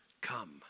Come